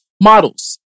models